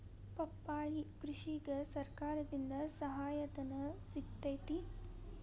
ಪಪ್ಪಾಳಿ ಕೃಷಿಗೆ ಸರ್ಕಾರದಿಂದ ಸಹಾಯಧನ ಸಿಗತೈತಿ